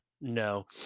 No